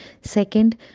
Second